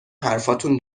حرفاتون